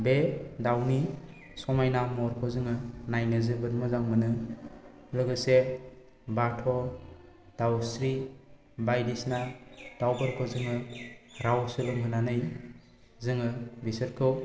बे दावनि समायना महरखौ जोङो नायनो जोबोद मोजां मोनो लोगोसे बाथ' दावस्रि बायदिसिना दावफोरखौ जोङो राव सोलोंहोनानै जोङो बेसोरखौ